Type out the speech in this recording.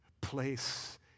place